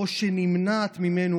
או שנמנע ממנו,